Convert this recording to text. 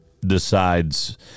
decides